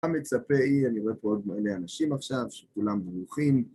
המצפה היא, אני רואה פה עוד מלא אנשים עכשיו, שכולם ברוכים.